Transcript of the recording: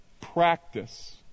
Practice